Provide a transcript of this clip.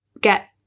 get